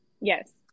yes